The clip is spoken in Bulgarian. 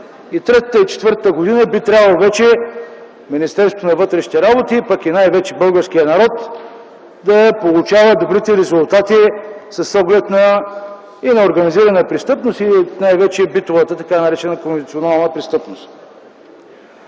и четвъртата година би трябвало вече Министерството на вътрешните работи, пък и най-вече българският народ да получават добрите резултати с оглед и на организираната престъпност и най-вече битовата, така наречена конвенционална престъпност.